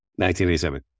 1987